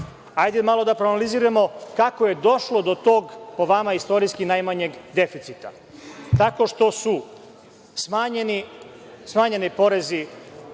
hajde malo da proanaliziramo kako je došlo do tog, po vama, istorijski najmanjeg deficita. Tako što su smanjeni porezi,